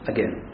Again